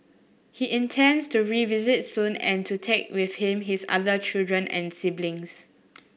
he intends to revisit soon and to take with him his other children and siblings